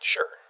Sure